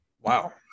Wow